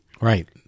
Right